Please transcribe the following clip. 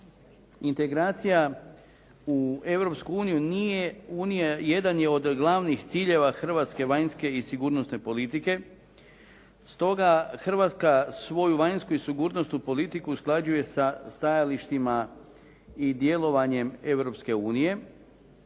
uniju nije, jedan je od glavnih ciljeva hrvatske vanjske i sigurnosne politike, stoga Hrvatska svoju vanjsku i sigurnosnu politiku usklađuje sa stajalištima i djelovanjem